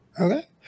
Okay